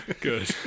Good